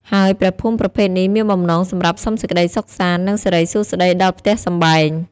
ហើយព្រះភូមិប្រភេទនេះមានបំណងសម្រាប់សុំសេចក្តីសុខសាន្ត និងសិរីសួស្តីដល់ផ្ទះសម្បែង។